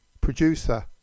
producer